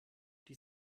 die